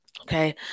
okay